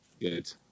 Good